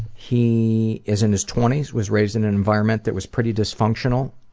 he is in his twenties, was raised in an environment that was pretty dysfunctional.